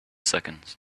seconds